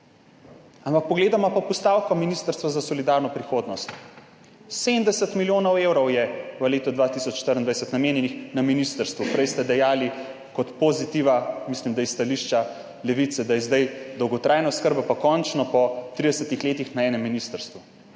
Ampak pogledamo pa postavko Ministrstva za solidarno prihodnost! 70 milijonov Evrov je v letu 2024 namenjenih na ministrstvu. Prej ste dejali, kot pozitiva, mislim da iz stališča Levice, da je zdaj dolgotrajna oskrba pa končno po 30-letih na enem ministrstvu.